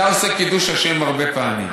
אתה עושה קידוש השם הרבה פעמים.